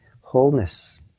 wholeness